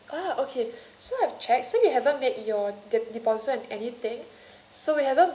ah okay so I've checked so you haven't made your de~ deposit anything so we haven't